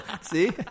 See